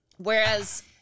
Whereas